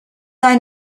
ein